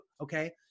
Okay